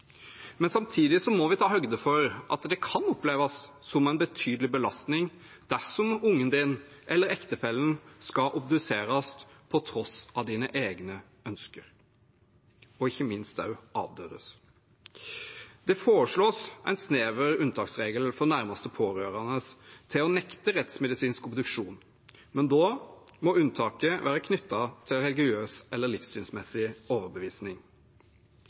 Samtidig må vi ta høyde for at det kan oppleves som en betydelig belastning dersom ungen eller ektefellen din skal obduseres på tross av egne ønsker og ikke minst også avdødes. Det foreslås en snever unntaksregel for nærmeste pårørende til å nekte rettsmedisinsk obduksjon, men da må unntaket være knyttet til religiøs eller livssynsmessig overbevisning.